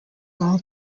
all